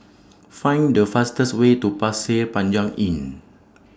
Find The fastest Way to Pasir Panyang Inn